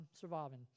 surviving